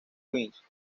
queens